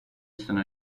sono